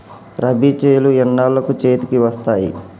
రబీ చేలు ఎన్నాళ్ళకు చేతికి వస్తాయి?